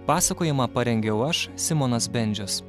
pasakojimą parengiau aš simonas bendžius